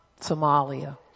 Somalia